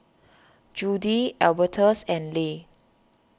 Judi Albertus and Leigh